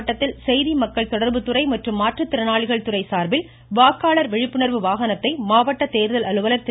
மாவட்டத்தில் தொடர்புத்துறை ரோடு மற்றும் மாற்றுத்திறனாளிகள் துறை சார்பில் வாக்காளர் விழிப்புணர்வு வாகனத்தை மாவட்ட தேர்தல் அலுவலர் திரு